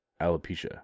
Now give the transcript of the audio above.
alopecia